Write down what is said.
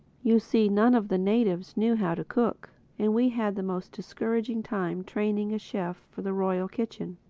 you see, none of the natives knew how to cook and we had the most discouraging time training a chef for the royal kitchen.